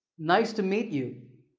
nice to meet you.